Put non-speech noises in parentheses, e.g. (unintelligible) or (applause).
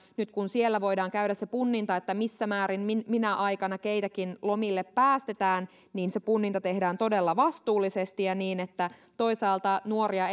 nyt kun siellä voidaan käydä se punninta että missä määrin ja minä aikana keitäkin lomille päästetään niin se punninta tehdään todella vastuullisesti ja niin että toisaalta nuoria (unintelligible)